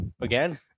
Again